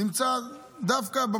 נמצא דווקא,